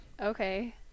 Okay